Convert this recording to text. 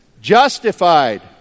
justified